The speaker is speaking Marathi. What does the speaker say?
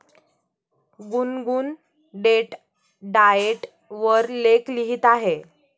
गुनगुन डेट डाएट वर लेख लिहित आहे